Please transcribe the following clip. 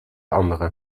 andere